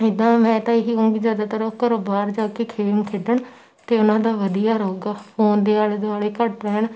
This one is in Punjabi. ਇੱਦਾਂ ਮੈਂ ਤਾਂ ਇਹੀ ਕਹੂੰਗੀ ਜ਼ਿਆਦਾਤਰ ਉਹ ਘਰੋਂ ਬਾਹਰ ਜਾ ਕੇ ਗੇਮ ਖੇਡਣ ਅਤੇ ਉਹਨਾਂ ਦਾ ਵਧੀਆ ਰਹੇਗਾ ਫੋਨ ਦੇ ਆਲੇ ਦੁਆਲੇ ਘੱਟ ਰਹਿਣ